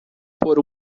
por